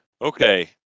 Okay